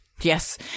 yes